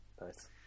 Nice